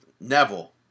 Neville